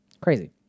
Crazy